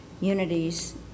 unity's